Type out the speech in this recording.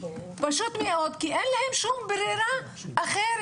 פשוט מאוד כי אין להם שום ברירה אחרת,